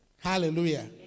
Hallelujah